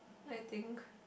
I think